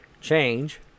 change